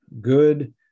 good